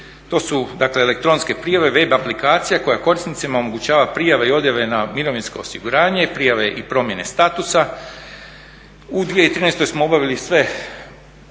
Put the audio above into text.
To su dakle elektronske prijave, web aplikacija koja korisnicima omogućava prijave i odjave na mirovinsko osiguranje i prijave i promjene statusa. U 2013. smo obavili sve